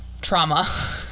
trauma